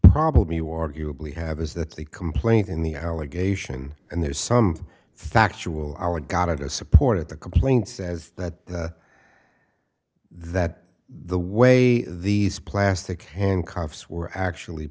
problem you arguably have is that the complaint in the allegation and there's some factual our got a support at the complaint says that that the way these plastic handcuffs were actually